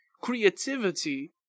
creativity